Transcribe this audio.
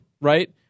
right